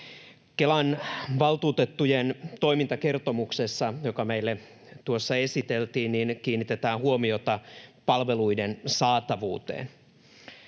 Kelan valtuutettujen toimintakertomuksessa, joka meille tuossa esiteltiin, kiinnitetään huomiota palveluiden saatavuuteen.